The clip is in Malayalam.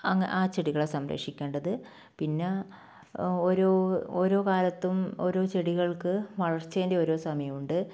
ആ ചെടികളെ സംരക്ഷിക്കേണ്ടത് പിന്നെ ഒരു ഓരോ കാലത്തും ഓരോ ചെടികൾക്ക് വളർച്ചയുടെ ഓരോ സമയമുണ്ട്